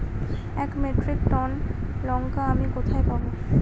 এক metric ton লঙ্কা আমি কোথায় পাবো?